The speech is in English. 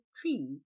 tree